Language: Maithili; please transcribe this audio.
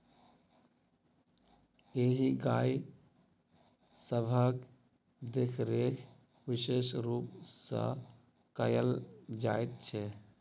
एहि गाय सभक देखरेख विशेष रूप सॅ कयल जाइत छै